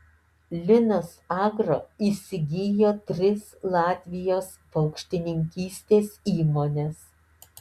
linas agro įsigijo tris latvijos paukštininkystės įmones